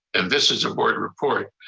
and this is a board report.